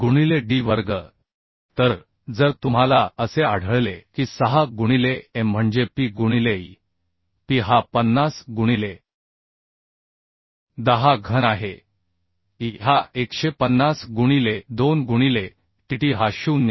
गुणिले D वर्ग तर जर तुम्हाला असे आढळले की 6 गुणिले M म्हणजे P गुणिले E P हा 50 गुणिले 10 घन आहे E हा 150 गुणिले 2 गुणिले Tt हा 0